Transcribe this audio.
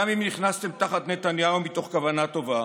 גם אם נכנסתם תחת נתניהו מתוך כוונה טובה